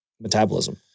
metabolism